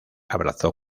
abrazó